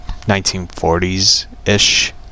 1940s-ish